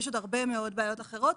יש עוד הרבה מאוד בעיות אחרות,